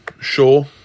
sure